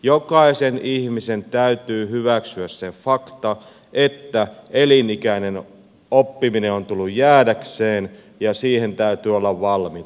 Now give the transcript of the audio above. jokaisen ihmisen täytyy hyväksyä se fakta että elinikäinen oppiminen on tullut jäädäkseen ja siihen täytyy olla valmiita